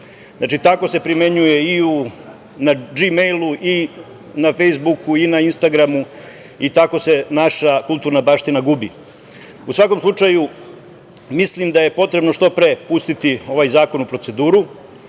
Znači, tako se primenjuje i u g-mail, i na „Fejsbuku“, i na „Instagramu“ i tako se naša kulturna baština gubi. U svakom slučaju, mislim da je potrebno što pre pustiti ovaj zakon u proceduru. Kada